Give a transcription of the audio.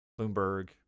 Bloomberg